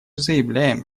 заявляем